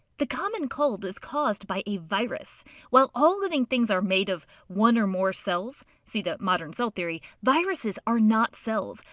the common cold is caused by a virus. and while all living things are made of one or more cells see the modern cell theory viruses are not cells.